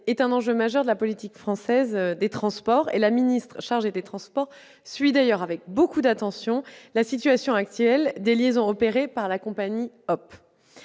est un enjeu majeur de la politique française des transports. La ministre chargée des transports suit d'ailleurs avec beaucoup d'attention la situation actuelle des liaisons opérées par la compagnie Hop